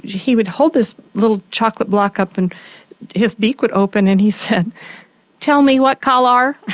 he would hold this little chocolate block up and his beak would open and he said tell me what colour?